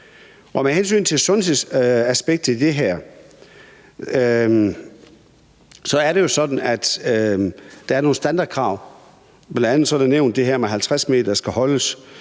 med hensyn til sundhedsaspektet i det her er det jo sådan, at der er nogle standardkrav. Bl.a. er det her med, at 50 m skal holdes,